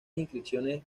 inscripciones